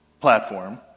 platform